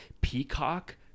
Peacock